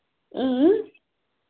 اۭں